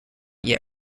yet